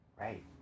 right